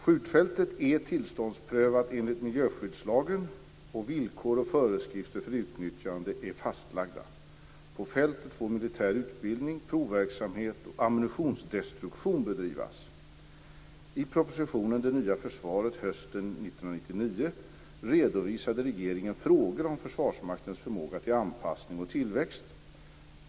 Skjutfältet är tillståndsprövat enligt miljöskyddslagen , och villkor och föreskrifter för utnyttjandet är fastlagda. På fältet får militär utbildning, provverksamhet och ammunitionsdestruktion bedrivas. 1999/2000:30).